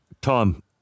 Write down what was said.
Tom